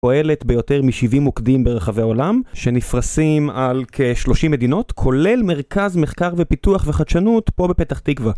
פועלת ביותר מ-70 מוקדים ברחבי העולם, שנפרסים על כ-30 מדינות, כולל מרכז מחקר ופיתוח וחדשנות פה בפתח תקווה.